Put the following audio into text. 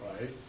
right